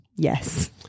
Yes